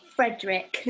Frederick